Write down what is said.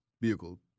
vehicle